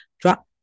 drop